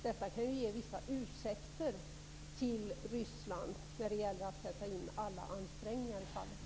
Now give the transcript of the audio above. Detta kan ju ge vissa ursäkter till Ryssland när det gäller att göra alla ansträngningar i fallet.